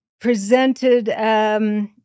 presented